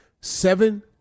Seven